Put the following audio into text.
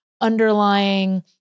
underlying